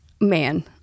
man